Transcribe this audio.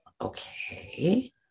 okay